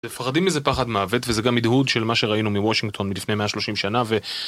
מפחדים מזה פחד מוות וזה גם הדהוד של מה שראינו מוושינגטון מלפני 130 שנה